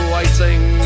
Waiting